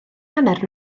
hanner